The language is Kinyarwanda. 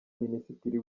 minisitiri